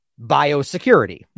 biosecurity